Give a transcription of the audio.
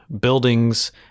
buildings